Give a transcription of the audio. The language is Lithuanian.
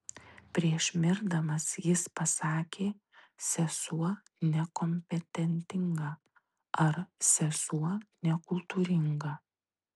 prieš mirdamas jis pasakė sesuo nekompetentinga ar sesuo nekultūringa